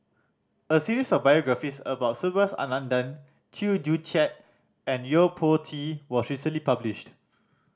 a series of biographies about Subhas Anandan Chew Joo Chiat and Yo Po Tee was recently published